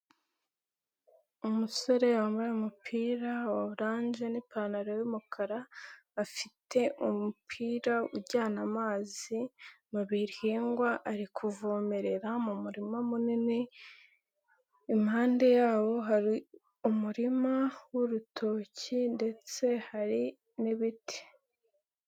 Umusore yambaye umupira wa oranje n'ipantaro y'umukara afite umupira ujyana amazi mu bihingwa ari kuvomerera mu murima munini, impande yawo hari umurima w'urutoki ndetse hari n'ibiti.